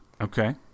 Okay